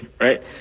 right